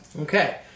Okay